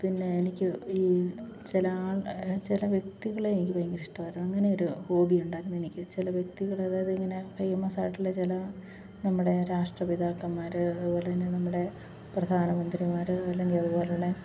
പിന്നെ എനിക്ക് ഈ ചില ആൾ ചില വ്യക്തികളെ എനിക്ക് ഭയങ്കര ഇഷ്ടവായിരുന്നു അങ്ങനെയൊരു ഹോബി ഉണ്ടായിരുന്നു എനിക്ക് ചില വ്യക്തികൾ അതായതിങ്ങനെ ഫേയ്മസായിട്ട് ഉള്ള ചില നമ്മുടെ രാഷ്ട്രപിതാക്കന്മാർ അതുപോലെ തന്നെ നമ്മുടെ പ്രധാനമന്ത്രിമാർ അല്ലെങ്കിൽ അതുപോലെ ഉള്ള